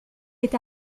est